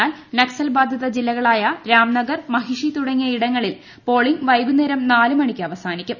എന്നാൽ നക്സൽ ബാധിത ജില്ലകളായ രാംനഗർ മഹിഷി തുടങ്ങിയിടങ്ങളിൽ പോളിംഗ് വൈകുന്നേരം നാല് മണിക്ക് അവസാനിക്കും